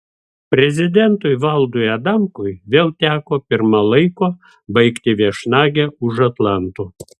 prezidentui valdui adamkui vėl teko pirma laiko baigti viešnagę už atlanto